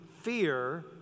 fear